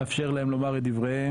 לאפשר להם לומר את דבריהם,